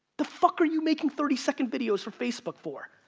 the fuck are you making thirty second videos for facebook for?